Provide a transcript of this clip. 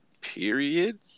Period